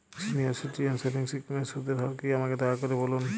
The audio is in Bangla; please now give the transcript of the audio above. সিনিয়র সিটিজেন সেভিংস স্কিমের সুদের হার কী আমাকে দয়া করে বলুন